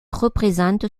représente